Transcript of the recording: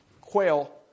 quail